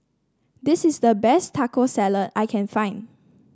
this is the best Taco Salad I can find